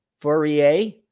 Fourier